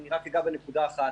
אני אגע רק בנקודה אחת.